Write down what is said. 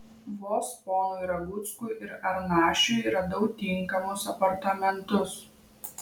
vos ponui raguckui ir arnašiui radau tinkamus apartamentus